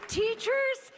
teachers